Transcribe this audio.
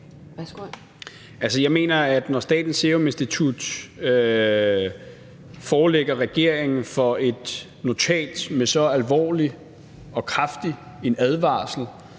jeg mener, at når Statens Serum Institut forelægger regeringen et notat med så alvorlig og kraftig en advarsel,